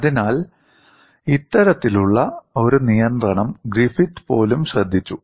അതിനാൽ ഇത്തരത്തിലുള്ള ഒരു നിയന്ത്രണം ഗ്രിഫിത്ത് പോലും ശ്രദ്ധിച്ചു